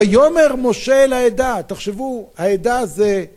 יאמר משה אל העדה תחשבו העדה זה